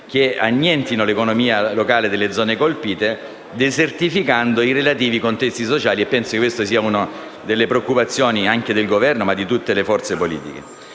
che annientino l'economia locale delle zone colpite, desertificando i relativi contesti sociali. Penso che questa sia una preoccupazione del Governo, così come di tutte le forze politiche.